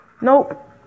nope